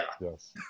Yes